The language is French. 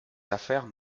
affaires